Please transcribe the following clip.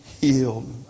healed